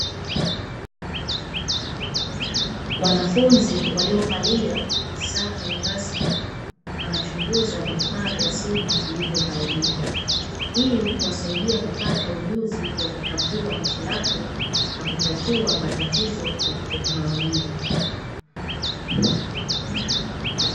wanafunzi waliovalia sare rasmi, wanachunguza vifaa vya simu vilivyoharibika. Hii huwasaidia kupata ujuzi wa kutambua hitilafu na kutatua matatizo ya kiteknolojia.